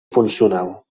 funcional